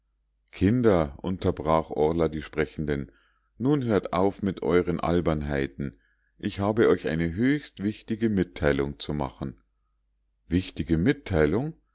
kinder unterbrach orla die sprechenden nun hört auf mit euren albernheiten ich habe euch eine höchst wichtige mitteilung zu machen wichtige mitteilung